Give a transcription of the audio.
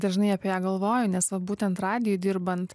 dažnai apie ją galvoju nes vat būtent radijui dirbant